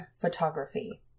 photography